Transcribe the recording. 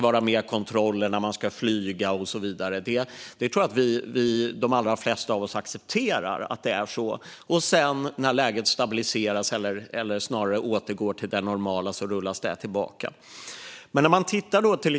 Jag tror att de allra flesta av oss accepterar att det är så, och när läget sedan stabiliseras eller återgår till det normala rullas inskränkningarna tillbaka. Fru talman!